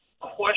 question